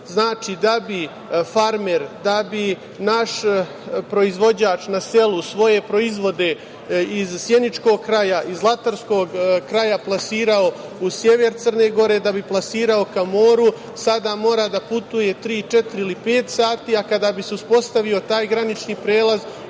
da bi farmer, da bi naš proizvođač na selu svoje proizvode iz sjeničkog kraja, iz zlatarskog kraja plasirao u sever Crne Gore, da bi plasirao ka moru sada mora da putuje tri, četiri ili pet sati, ali kada bi se uspostavio taj granični prelaz